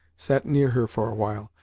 sat near her for a while.